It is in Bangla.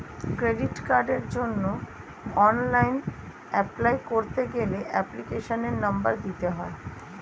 ক্রেডিট কার্ডের জন্য অনলাইন এপলাই করতে গেলে এপ্লিকেশনের নম্বর দিতে হয়